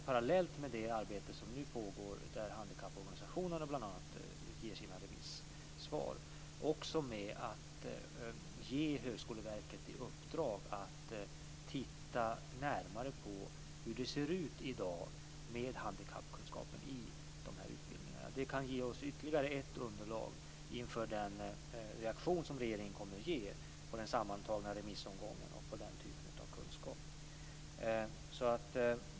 Parallellt med det arbete som nu pågår, där bl.a. handikapporganisationerna ger sina remissvar, skulle jag vilja börja med att ge Högskoleverket i uppdrag att titta närmare på hur det ser ut i dag med handikappkunskapen i dessa utbildningar. Det kan ge oss ytterligare ett underlag inför den reaktion som regeringen kommer att ge på den sammantagna remissomgången och på den typen av kunskap.